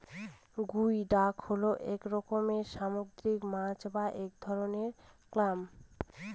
গুই ডাক হল এক রকমের সামুদ্রিক মাছ বা এক ধরনের ক্ল্যাম